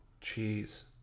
cheese